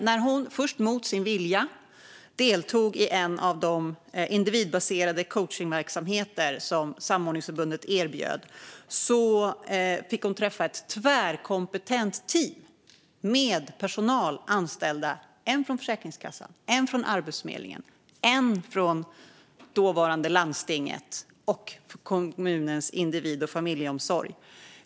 När hon, först mot sin vilja, deltog i en av de individbaserade coachningsverksamheter som samordningsförbundet erbjöd fick hon träffa ett tvärkompetent team med anställd personal - en från Försäkringskassan, en från Arbetsförmedlingen, en från dåvarande landstinget och en från kommunens individ och familjeomsorg.